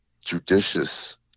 judicious